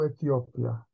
Ethiopia